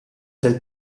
del